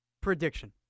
prediction